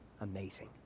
Amazing